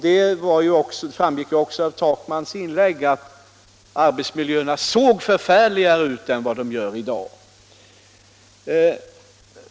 Det framgick ju också av herr Takmans inlägg att arbetsmiljöerna då var mycket farligare än de är i dag.